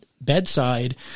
bedside